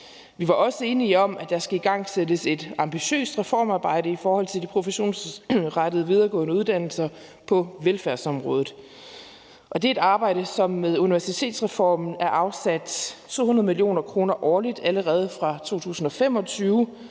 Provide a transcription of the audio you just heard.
Vi var også enige om, at der skal igangsættes et ambitiøst reformarbejde i forhold til de professionsrettede videregående uddannelser på velfærdsområdet, og det er et arbejde, som der med universitetsreformen er afsat 200 mio. kr. årligt til allerede fra 2025